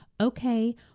okay